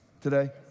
today